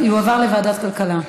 יועבר לוועדת הכלכלה.